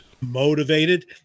Motivated